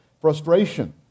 frustration